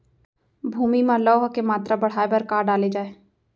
भूमि मा लौह के मात्रा बढ़ाये बर का डाले जाये?